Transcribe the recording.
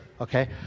Okay